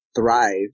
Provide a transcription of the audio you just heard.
thrive